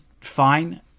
fine